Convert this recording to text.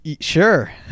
sure